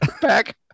back